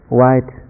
white